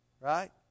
right